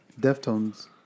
Deftones